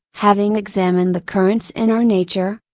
having examined the currents in our nature,